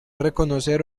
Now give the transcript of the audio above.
reconocer